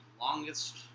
longest